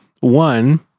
One